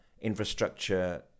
infrastructure